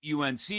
UNC